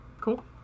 Cool